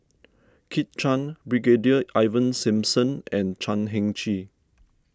Kit Chan Brigadier Ivan Simson and Chan Heng Chee